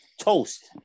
Toast